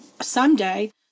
someday